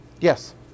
Yes